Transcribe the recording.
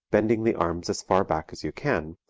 bending the arms as far back as you can,